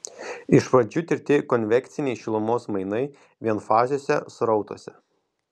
iš pradžių tirti konvekciniai šilumos mainai vienfaziuose srautuose